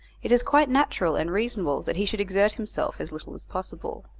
it is quite natural and reasonable that he should exert himself as little as possible.